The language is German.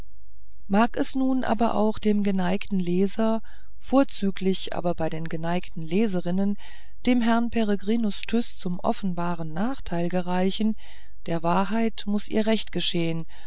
mag es nun aber auch bei dem geneigten leser vorzüglich aber bei den geneigten leserinnen dem herrn peregrinus tyß zum offenbaren nachteil gereichen der wahrheit muß ihr recht geschehen